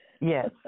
Yes